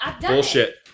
Bullshit